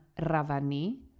ravani